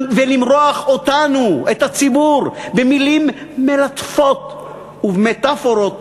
ולמרוח אותנו, את הציבור, במילים מלטפות ובמטפורות